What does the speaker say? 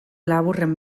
laburren